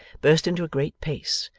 burst into a great pace,